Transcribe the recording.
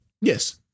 Yes